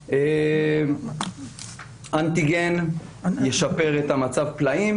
בדיקת אנטיגן תשפר את המצב פלאים,